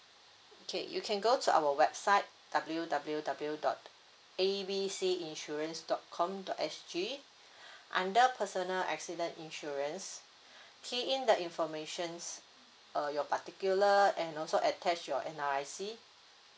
okay you can go to our website W W W dot A B C insurance dot com dot S G under personal accident insurance key in the informations uh your particular and also attach your N_R_I_C